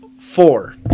Four